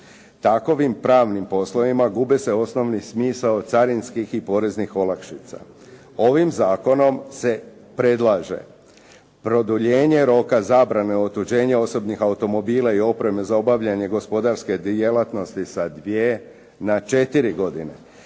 Takovim pravnim poslovima gubi se osnovni smisao carinskih i poreznih olakšica. Ovim zakonom se predlaže produljenja roka zabrane otuđenje osobnih automobila i opreme za obavljanje gospodarske djelatnosti sa dvije na četiri godine